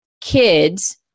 kids